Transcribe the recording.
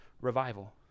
revival